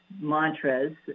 mantras